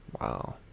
Wow